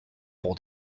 pour